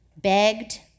begged